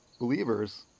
believers